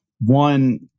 one